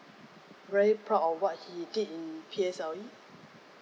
very proud of what he did in P_S_L_E